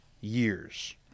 years